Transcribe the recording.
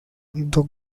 the